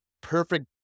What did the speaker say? perfect